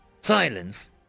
Silence